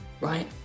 right